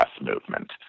movement